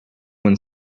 when